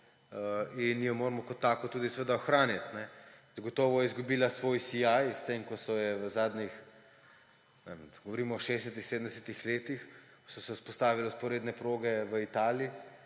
in jo moramo kot tako tudi seveda ohranjati. Zagotovo je izgubila svoj sijaj, s tem ko so jo v zadnjih, ne vem, govorim o 60-ih, 70-ih letih, ko so se vzpostavile vzporedne proge v Italiji